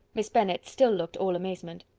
miss bennet still looked all amazement.